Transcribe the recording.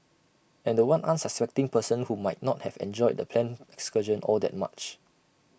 and The One unsuspecting person who might not have enjoyed the planned excursion all that much